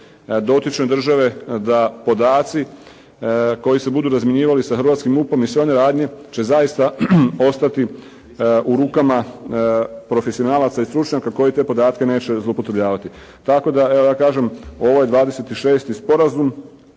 dotične države da podaci koji se budu razmjenjivali sa Hrvatskim MUP-om i sve one radnje će zaista ostati u rukama profesionalaca i stručnjaka koji te podatke neće zloupotrebljavati, tako da, evo ja kažem, ovo je 26. sporazum